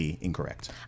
incorrect